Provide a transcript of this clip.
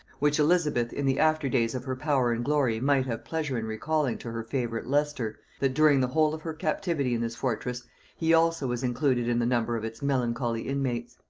which elizabeth in the after days of her power and glory might have pleasure in recalling to her favorite leicester, that during the whole of her captivity in this fortress he also was included in the number of its melancholy inmates.